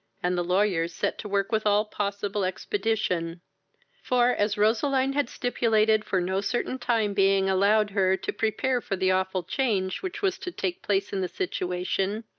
and the lawyers set to work with all possible expedition for, as roseline had stipulated for no certain time being allowed her, to prepare for the awful change which was to take place in the situation,